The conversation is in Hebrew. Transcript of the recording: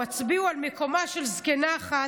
הצביעו על מקומה של זקנה אחת,